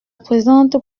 présente